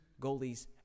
goalies